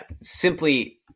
Simply